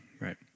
right